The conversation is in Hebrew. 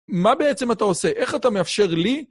מה בעצם אתה עושה? איך אתה מאפשר לי...